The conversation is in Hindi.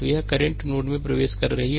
तो यह करंट नोड में प्रवेश कर रही है